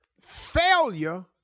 Failure